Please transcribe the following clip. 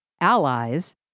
allies